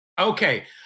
Okay